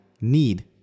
need